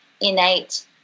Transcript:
innate